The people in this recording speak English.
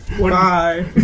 Bye